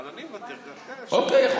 אבל אני מוותר, אוקיי.